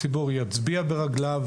הציבור יצביע ברגליו,